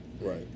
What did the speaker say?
Right